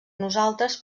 nosaltres